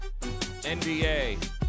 NBA